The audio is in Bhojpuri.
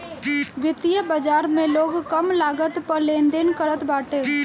वित्तीय बाजार में लोग कम लागत पअ लेनदेन करत बाटे